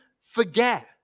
forget